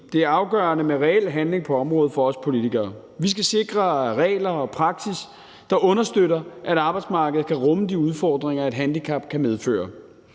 Det er afgørende med reel handling på området for os politikere. Vi skal sikre regler og praksis, der understøtter, at arbejdsmarkedet kan rumme de udfordringer, et handicap kan medføre.